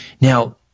Now